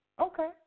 Okay